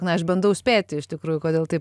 na aš bandau spėti iš tikrųjų kodėl taip